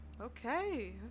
okay